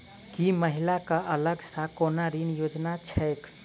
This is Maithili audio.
की महिला कऽ अलग सँ कोनो ऋण योजना छैक?